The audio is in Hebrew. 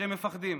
שהם מפחדים.